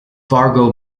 fargo